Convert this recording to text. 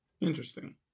Interesting